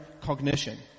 cognition